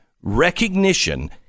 recognition